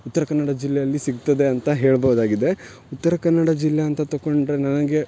ಉತ್ತರ ಕನ್ನಡ ಜಿಲ್ಲೆಯಲ್ಲಿ ಸಿಗ್ತದೆ ಅಂತ ಹೇಳ್ಬೌದಾಗಿದೆ ಉತ್ತರ ಕನ್ನಡ ಜಿಲ್ಲೆ ಅಂತ ತಕೊಂಡರೆ ನನಗೆ